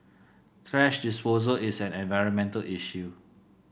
thrash disposal is an environmental issue